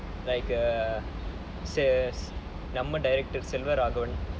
like err நம்ம:namma director selvaragavan